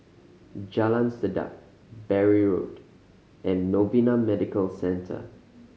Jalan Sedap Bury Road and Novena Medical Centre